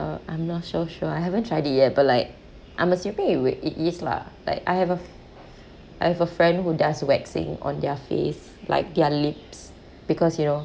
I'm not so sure I haven't tried it yet but like I'm assuming it wi~ it is lah like I have a f~ I have a friend who does waxing on their face like their lips because you know